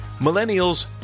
Millennials